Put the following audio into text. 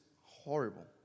horrible